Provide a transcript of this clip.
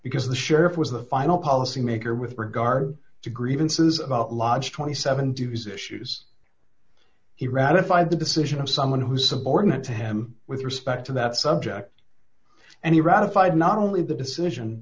because the sheriff was the final policymaker with regard to grievances about lodge twenty seven dues issues he ratified the decision of someone who subordinate to him with respect to that subject and he ratified not only the decision